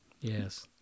Yes